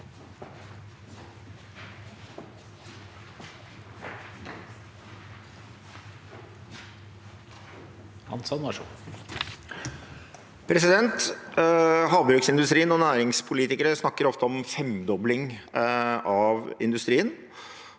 Havbruksin- dustrien og næringspolitikere snakker ofte om femdobling av industrien.